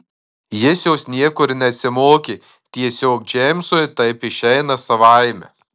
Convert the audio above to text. jis jos niekur nesimokė tiesiog džeimsui taip išeina savaime